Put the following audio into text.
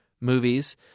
movies